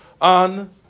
on